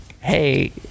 hey